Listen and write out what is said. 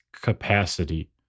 capacity